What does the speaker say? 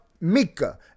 Mika